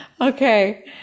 Okay